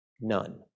none